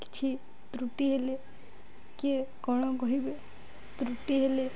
କିଛି ତ୍ରୁଟି ହେଲେ କିଏ କ'ଣ କହିବେ ତ୍ରୁଟି ହେଲେ